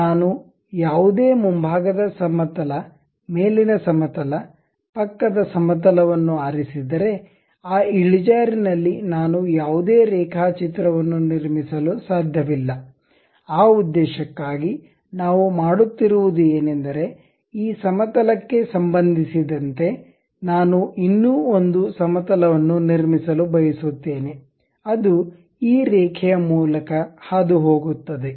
ನಾನು ಯಾವುದೇ ಮುಂಭಾಗದ ಸಮತಲ ಮೇಲಿನ ಸಮತಲ ಪಕ್ಕದ ಸಮತಲವನ್ನು ಆರಿಸಿದರೆ ಆ ಇಳಿಜಾರಿನಲ್ಲಿ ನಾನು ಯಾವುದೇ ರೇಖಾಚಿತ್ರವನ್ನು ನಿರ್ಮಿಸಲು ಸಾಧ್ಯವಿಲ್ಲ ಆ ಉದ್ದೇಶಕ್ಕಾಗಿ ನಾವು ಮಾಡುತ್ತಿರುವುದು ಏನೆಂದರೆ ಈ ಸಮತಲಕ್ಕೆ ಸಂಬಂಧಿಸಿದಂತೆ ನಾನು ಇನ್ನೂ ಒಂದು ಸಮತಲವನ್ನು ನಿರ್ಮಿಸಲು ಬಯಸುತ್ತೇನೆ ಅದು ಈ ರೇಖೆಯ ಮೂಲಕ ಹಾದುಹೋಗುತ್ತದೆ